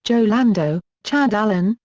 so lando, chad allen,